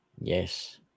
Yes